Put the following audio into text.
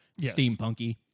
steampunky